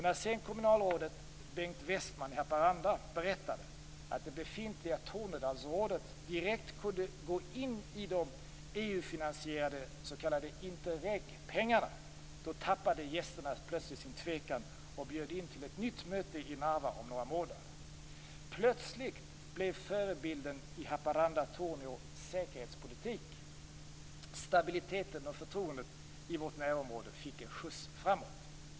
När sedan kommunalrådet Bengt Westman i Haparanda berättade att det befintliga Tornedalsrådet direkt kunde gå in i de EU-finansierade s.k. Interreg-pengarna tappade gästerna plötsligt sin tvekan och bjöd in till ett nytt möte i Narva om några månader. Plötsligt blev förebilden i Haparanda-Torneå säkerhetspolitik. Stabiliteten och förtroendet i vårt närområde fick en skjuts framåt.